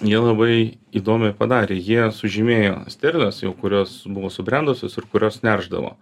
jie labai įdomiai padarė jie sužymėjo sterles jau kurios buvo subrendusios ir kurios neršdavo